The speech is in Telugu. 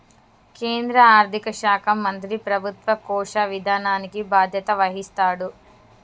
కేంద్ర ఆర్థిక శాఖ మంత్రి ప్రభుత్వ కోశ విధానానికి బాధ్యత వహిస్తాడు